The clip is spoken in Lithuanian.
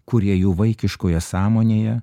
kurie jų vaikiškoje sąmonėje